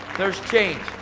there's change,